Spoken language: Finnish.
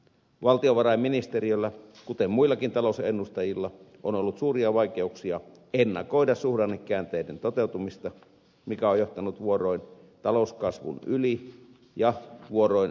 valtiovarainministeriöllä kuten muillakin talousennustajilla on ollut suuria vaikeuksia ennakoida suhdannekäänteiden toteutumista mikä on johtanut vuoroin talouskasvun yli ja vuoroin aliarvioimiseen